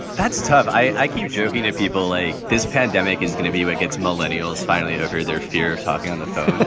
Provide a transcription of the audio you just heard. that's tough. i keep joking at people like this pandemic is going to be what gets millennial's finally over their fear of talking on the phone.